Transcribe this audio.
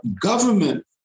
government